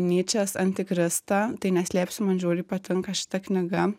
nyčės antikristą tai neslėpsiu man žiauriai patinka šita knyga